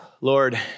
Lord